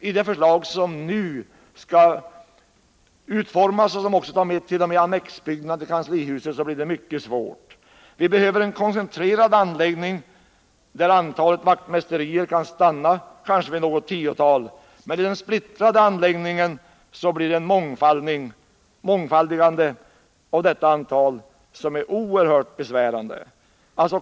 I det förslag som nu skall utformas och som också skall omfatta annex till kanslihuset blir det mycket svårt att upprätthålla sådana kontakter. Vi behöver en koncentrerad anläggning, där antalet vaktmästarexpeditioner kan stanna vid kanske något tiotal. Men i den splittrade anläggningen blir det ett mångfaldigande av detta antal som blir oerhört besvärande.